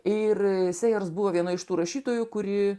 ir teisėjams buvo viena iš tų rašytojų kuri